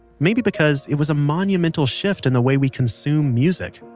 maybe because it was a monumental shift in the way we consume music.